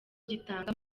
gitanga